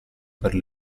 per